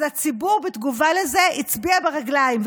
אז הציבור בתגובה לזה הצביע ברגליים,